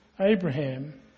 Abraham